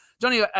Johnny